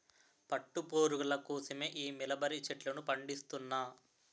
పట్టు పురుగుల కోసమే ఈ మలబరీ చెట్లను పండిస్తున్నా